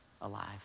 alive